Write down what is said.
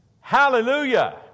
Hallelujah